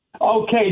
Okay